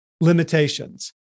limitations